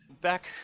Back